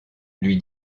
lui